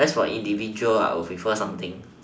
where as for individuals I will prefer something